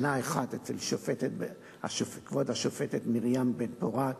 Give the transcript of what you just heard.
שנה אחת אצל כבוד השופטת מרים בן-פורת,